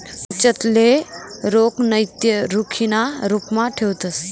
बचतले रोख नैते रोखीना रुपमा ठेवतंस